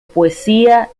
poesía